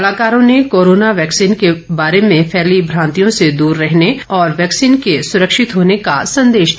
कलाकारों ने corona vaccine के बारे में फैली भ्रांतियों से दूर रहने और वैक्सीन के सुरक्षित होने का संदेश दिया